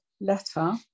letter